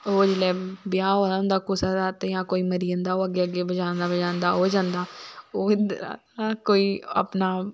ओह् जिसले ब्याह होआ दा होंदा कुसै दा ते जां कोई मरी जंदा ते अग्गे अग्गै बजांदा बंजादा ओह् जंदा कोई अपना